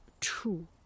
true